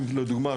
לדוגמה,